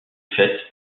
faites